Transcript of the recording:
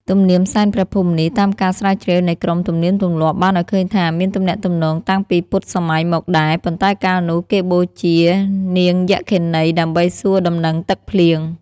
ទំនៀមសែនព្រះភូមិនេះ តាមការស្រាវជ្រាវនៃក្រុមទំនៀមទម្លាប់បានឲ្យឃើញថា មានទំនាក់ទំនងតាំងពីពុទ្ធសម័យមកដែរ ប៉ុន្តែកាលនោះ គេបូជានាងយក្ខិនី ដើម្បីសួរដំណឹងទឹកភ្លៀង ។